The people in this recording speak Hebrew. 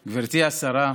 השר,